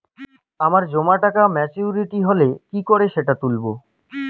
আমার জমা টাকা মেচুউরিটি হলে কি করে সেটা তুলব?